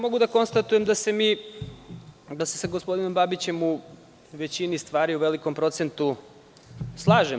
Mogu da konstatujem da se mi sa gospodinom Babićem u većini stvari i u velikom procentu slažemo.